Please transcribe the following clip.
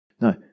No